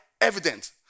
evident